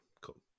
cool